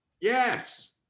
Yes